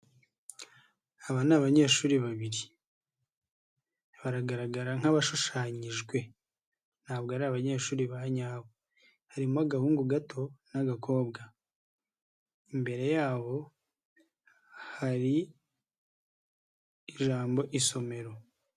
Aba ni abanyeshuri babiri. Baragaragara nk'abashushanyijwe ntabwo ari abanyeshuri ba nyabo. Harimo agahungu gato n'agakobwa. Imbere yabo hari ijambo isomero.